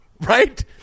Right